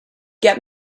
get